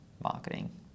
marketing